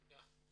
תודה.